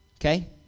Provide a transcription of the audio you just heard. Okay